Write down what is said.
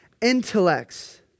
Intellects